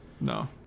No